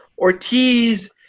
Ortiz